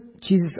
Jesus